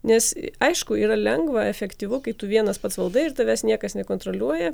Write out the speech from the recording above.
nes aišku yra lengva efektyvu kai tu vienas pats valdai ir tavęs niekas nekontroliuoja